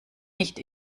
nicht